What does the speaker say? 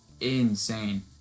insane